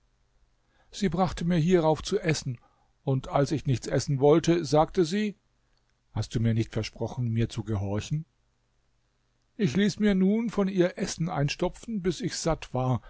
sie brachte mir hierauf zu essen und als ich nichts essen wollte sagte sie hast du mir nicht versprochen mir zu gehorchen ich ließ mir nun von ihr essen einstopfen bis ich satt war